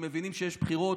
הם מבינים שיש בחירות.